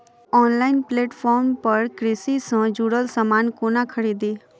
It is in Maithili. ऑनलाइन प्लेटफार्म पर कृषि सँ जुड़ल समान कोना खरीदी?